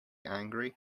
angry